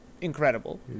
incredible